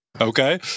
Okay